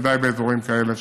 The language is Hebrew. בוודאי באזורים כאלה,